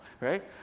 right